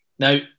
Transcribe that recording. Now